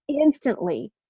instantly